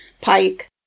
Pike